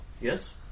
yes